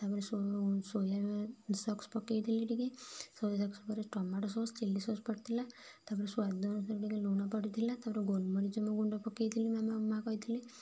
ତା ପରେ soya soya sauce ପକେଇ ଦେଲି ଟିକେ ସୋୟା ସସ୍ ପରେ ଟମାଟୋ ସସ୍ ଚିଲି ସସ୍ ପଡ଼ିଥିଲା ତାପରେ ସ୍ୱାଦ ଅନୁସାରେ ଟିକେ ଲୁଣ ପଡ଼ିଥିଲା ତାପରେ ଗୋଲମରିଚ ଗୁଣ୍ଡ ପକେଇ ଥିଲି ମାମା ମାଆ କହିଥିଲେ